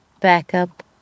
backup